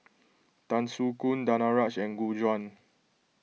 Tan Soo Khoon Danaraj and Gu Juan